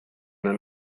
den